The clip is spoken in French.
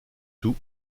tout